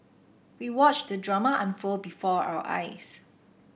we watched the drama unfold before our eyes